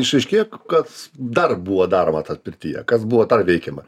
išaiškėjo kads dar buvo daroma tad pirtyje kas buvo veikiama